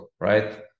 right